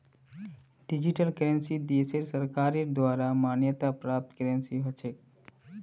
digital currency देशेर सरकारेर द्वारे मान्यता प्राप्त करेंसी ह छेक